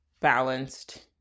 balanced